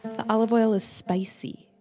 the olive oil is spicy,